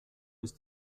ist